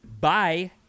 Bye